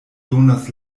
donas